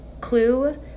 clue